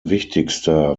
wichtigster